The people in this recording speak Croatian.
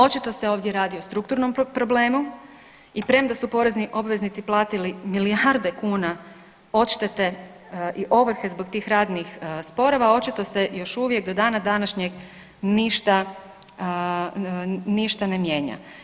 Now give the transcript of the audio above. Očito se ovdje radi o strukturnom problemu i premda su porezni obveznici platili milijarde kuna odštete i ovrhe zbog tih radnih sporova očito se još uvijek do dana današnjeg ništa, ništa ne mijenja.